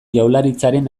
jaurlaritzaren